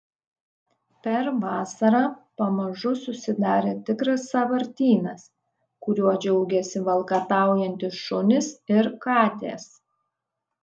per vasarą pamažu susidarė tikras sąvartynas kuriuo džiaugėsi valkataujantys šunys ir katės